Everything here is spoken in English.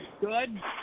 good